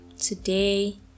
today